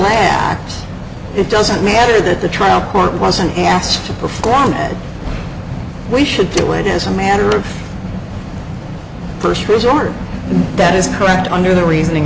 laugh it doesn't matter that the trial court wasn't asked to perform we should do it as a matter of first resort that is correct under the reasoning